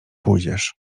pójdziesz